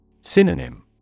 Synonym